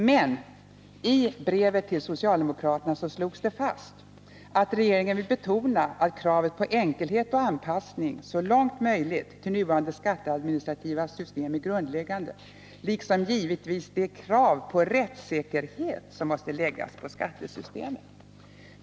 Men i brevet till socialdemokraterna slogs fast: ”Regeringen vill betona att kravet på enkelhet och anpassning så långt möjligt till nuvarande skatteadministrativa system är grundläggande, liksom givetvis de krav på rättssäkerhet som måste läggas på skattesystemet.